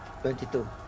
Twenty-two